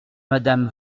madame